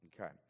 Okay